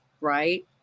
right